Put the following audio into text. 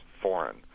foreign